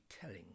telling